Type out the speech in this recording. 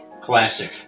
classic